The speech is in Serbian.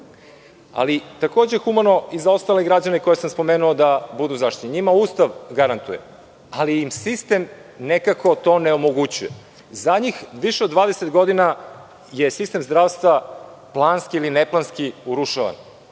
Takođe je humano i za ostale građane koje sam spomenuo da budu zaštićeni. Njima Ustav garantuje, ali im sistem nekako to onemogućuje. Zadnjih više od 20 godina je sistem zdravstva planski ili neplanski urušavan